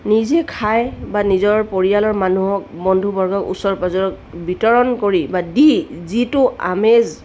নিজে খাই বা নিজৰ পৰিয়ালৰ মানুহক বন্ধু বৰ্গক ওচৰ পাঁজৰক বিতৰণ কৰি বা দি যিটো আমেজ